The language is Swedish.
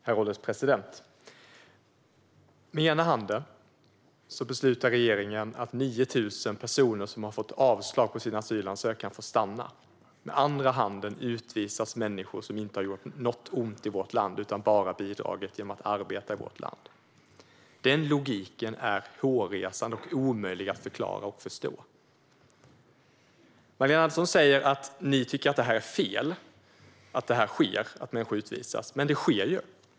Herr ålderspresident! Med ena handen beslutar regeringen att 9 000 personer som har fått avslag på sin asylansökan får stanna. Med andra handen utvisas människor som inte har gjort något ont i vårt land utan bara bidragit genom att arbeta i vårt land. Den logiken är hårresande och omöjlig att förklara eller förstå. Du säger att ni tycker att det är fel, Magdalena Andersson, att det här sker och att människor utvisas. Men det sker ju.